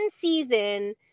season